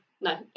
No